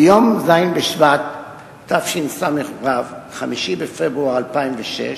ביום ז' בשבט תשס"ו, 5 בפברואר 2006,